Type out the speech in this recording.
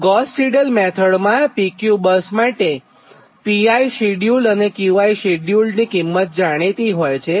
તો Gauss Seidel method માં PQ bus માટે Pishceduled અને Qishceduled ની કિંમત જાણીતી હોય છે